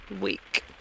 week